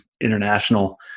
international